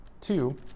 two